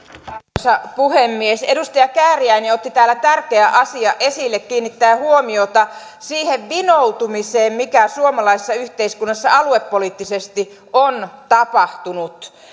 arvoisa puhemies edustaja kääriäinen otti täällä tärkeän asian esille kiinnitti huomiota siihen vinoutumiseen mikä suomalaisessa yhteiskunnassa aluepoliittisesti on tapahtunut